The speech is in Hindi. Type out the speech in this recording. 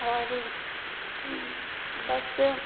और बस